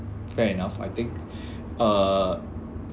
fair enough I think uh